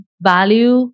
value